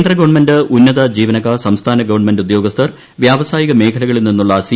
കേന്ദ്ര ഗവൺമെന്റ് ഉന്നത ജീവനക്കാർ സംസ്ഥാന ഗവൺമെന്റ ഉദ്യോഗസ്ഥർ വ്യവസായിക മേഖലകളിൽ നിന്നുള്ള സി